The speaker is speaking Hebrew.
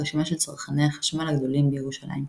רשימה של צרכני החשמל הגדולים בירושלים.